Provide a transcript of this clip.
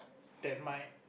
that might